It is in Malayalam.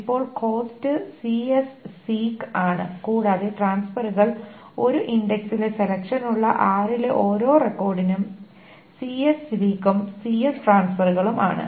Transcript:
ഇപ്പോൾ കോസ്റ്റ് cs സീക്സ് ആണ് കൂടാതെ ട്രാൻസ്ഫെറുകൾ ഒരു ഇന്ഡക്സിലെ സെലെക്ഷനുള്ള r ലെ ഓരോ റെക്കോർഡിനും cs സീക്സ് ഉം cs ട്രാൻസ്ഫെറുകളും ആണ്